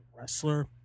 wrestler